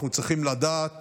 אנחנו צריכים לדעת